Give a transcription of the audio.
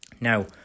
now